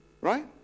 Right